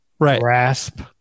grasp